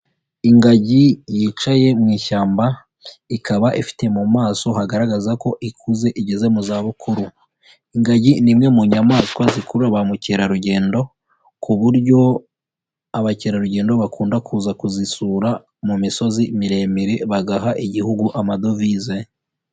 Ingagi yicaye mu ishyamba, ikaba ifite mu maso hagaragaza ko ikuze igeze mu zabukuru. Ingagi ni imwe mu nyamaswa zikurura ba mukerarugendo ku buryo abakerarugendo bakunda kuza kuzisura mu misozi miremire bagaha igihugu amadovize.